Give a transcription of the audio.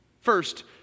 First